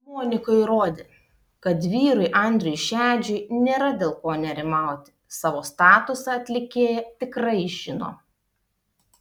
monika įrodė kad vyrui andriui šedžiui nėra dėl ko nerimauti savo statusą atlikėja tikrai žino